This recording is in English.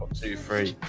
two free